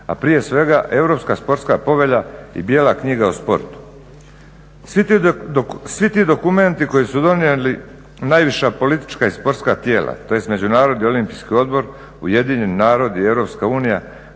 a prije svega Europska sportska povelja i Bijela knjiga o sportu. Svi ti dokumenti koji su donijeli najviša politička i sportska tijela, tj. međunarodni olimpijski odbor, UN, EU garantiraju